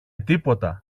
τίποτα